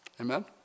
Amen